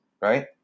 right